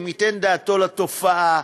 אם ייתן דעתו לתופעה,